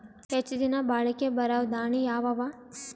ಹೆಚ್ಚ ದಿನಾ ಬಾಳಿಕೆ ಬರಾವ ದಾಣಿಯಾವ ಅವಾ?